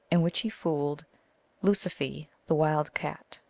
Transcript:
in which he fooled lusifee, the wild cat.